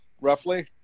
roughly